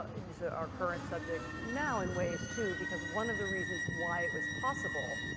into our current subject now in ways too because one of the reasons why it was possible,